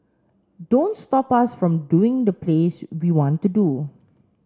don't stop us from doing the plays we want to do